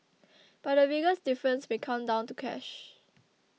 but the biggest difference may come down to cash